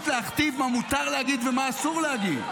להכתיב מה מותר להגיד ומה אסור להגיד.